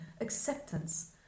acceptance